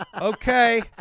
okay